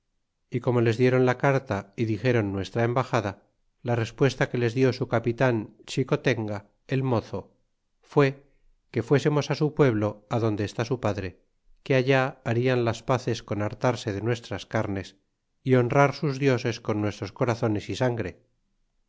y como les dieron la carta y dixéron nuestra embajada que les dió su capitan xicotenga el mozo fué que fuésemos su pueblo adonde está su padre que allá bailan las paces con hartarse de nuestras carnes y honrar sus dioses con nuestros corazones y sangre